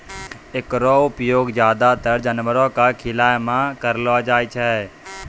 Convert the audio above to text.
एकरो उपयोग ज्यादातर जानवरो क खिलाय म करलो जाय छै